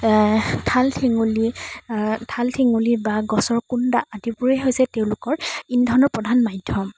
ঠাল ঠেঙুলি ঠাল ঠেঙুলি বা গছৰ কুণ্ডা আদিবোৰেই হৈছে তেওঁলোকৰ ইন্ধনৰ প্ৰধান মাধ্যম